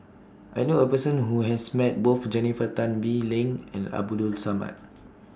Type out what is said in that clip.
I knew A Person Who has Met Both Jennifer Tan Bee Leng and Abdul Samad